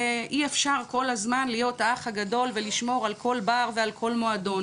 אי אפשר כל הזמן להיות 'האח הגדול' ולשמור על כל בר ועל כל מועדון,